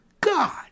God